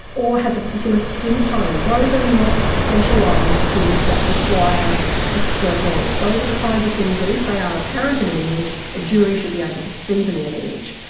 or has a particular skin tone, those are not specialised things that require expert knowledge. those are the kinds of things that if they are apparent in an image, a jury should be able to see them in an image.